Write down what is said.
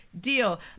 deal